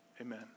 amen